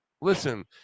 listen